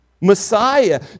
Messiah